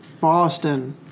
Boston